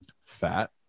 Fat